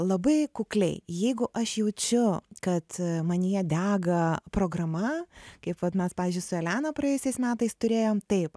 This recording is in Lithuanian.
labai kukliai jeigu aš jaučiu kad manyje dega programa kaip vat mes pavyzdžiui su elena praėjusiais metais turėjom taip